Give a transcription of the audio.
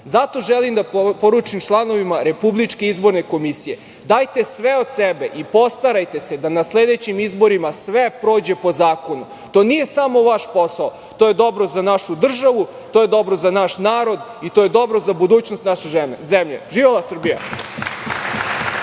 Zato želim da poručim članovima RIK – dajte sve od sebe i postarajte se da na sledećim izborima sve prođe po zakonu. To nije samo vaš posao, to je dobro za našu državu, to je dobro za naš narod i to je dobro za budućnost naše zemlje. Živela Srbija!